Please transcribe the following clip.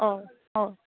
हय हय